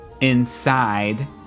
inside